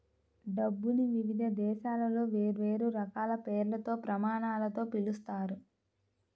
డబ్బుని వివిధ దేశాలలో వేర్వేరు రకాల పేర్లతో, ప్రమాణాలతో పిలుస్తారు